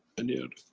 any other